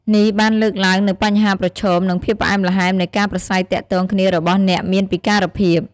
នេះបានលើកឡើងនូវបញ្ហាប្រឈម និងភាពផ្អែមល្ហែមនៃការប្រាស្រ័យទាក់ទងគ្នារបស់អ្នកមានពិការភាព ។